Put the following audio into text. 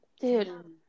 Dude